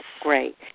Great